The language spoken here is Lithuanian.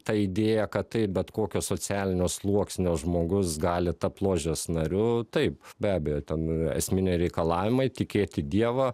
ta idėja kad tai bet kokio socialinio sluoksnio žmogus gali tapt ložės nariu taip be abejo ten esminiai reikalavimai tikėti dievą